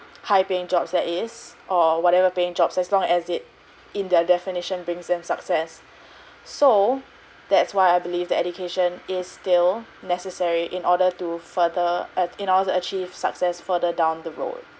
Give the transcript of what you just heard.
high paying jobs that is or whatever paying jobs as long as it in their definition brings them success so that's why I believe that education is still necessary in order to further uh in order to achieve success further down the road